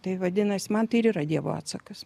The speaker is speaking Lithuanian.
tai vadinas man tai ir yra dievo atsakas